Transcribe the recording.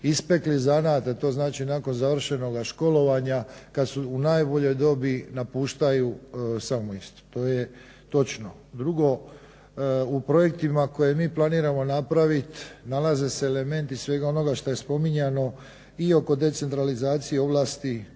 ispekli zanat, a to znači nakon završenog školovanja kada su najboljoj dobi napuštaju samu Istru. To je točno. Drugo, u projektima koje mi planiramo napraviti nalaze se elementi svega onoga što je spominjano i oko decentralizacije ovlasti